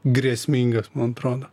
grėsmingas man atrodo